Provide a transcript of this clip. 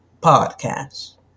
podcast